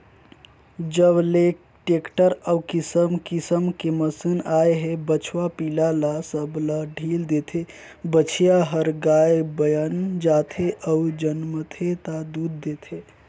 जब ले टेक्टर अउ किसम किसम के मसीन आए हे बछवा पिला ल सब ह ढ़ील देथे, बछिया हर गाय बयन जाथे अउ जनमथे ता दूद देथे